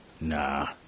Nah